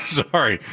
sorry